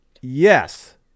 Yes